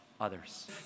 others